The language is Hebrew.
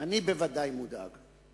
אני בוודאי מודאג מהם.